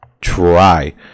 try